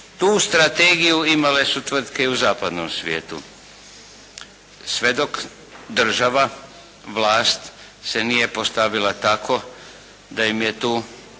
Tu strategiju imale su tvrtke i u zapadnom svijetu sve dok država, vlast se nije postavila tako da im je tu